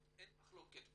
אין מחלוקת בעניין.